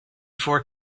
four